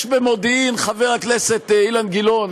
חבר הכנסת אילן גילאון,